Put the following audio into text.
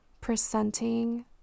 presenting